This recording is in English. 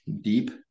deep